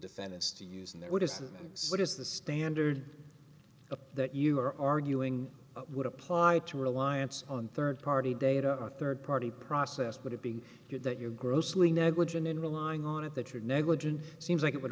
defendants to use in there what is the exact is the standard a that you are arguing would apply to reliance on third party data a third party process but it being you that you're grossly negligent in relying on it that you're negligent seems like it would